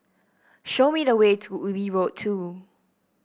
show me the way to Ubi Road Two